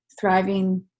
thriving